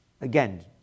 Again